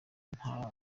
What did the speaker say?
nta